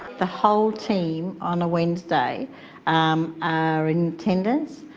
the whole team on a wednesday um are in attendance,